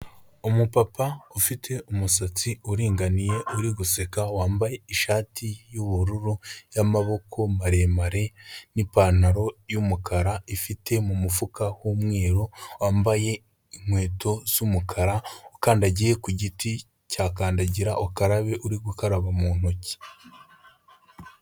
Umupapa ufite umusatsi uringaniye uri guseka wambaye ishati y'ubururu y'amaboko maremare n'ipantaro y'umukara ifite mu mufuka h'umweru, wambaye inkweto z'umukara ukandagiye ku giti cya kandagira ukarabe uri gukaraba mu ntoki.